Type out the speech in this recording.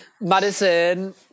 Madison